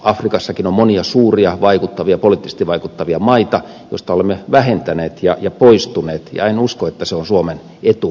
afrikassakin on monia suuria poliittisesti vaikuttavia maita joista olemme vähentäneet väkeä ja poistuneet ja en usko että se on suomen etu myöskään taloudellisessa mielessä